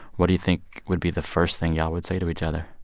what do you think would be the first thing y'all would say to each other?